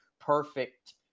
perfect